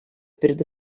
перед